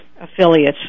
affiliates